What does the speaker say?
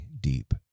deep